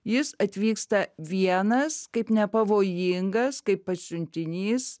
jis atvyksta vienas kaip nepavojingas kaip pasiuntinys